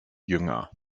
jünger